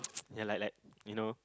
ya like like you know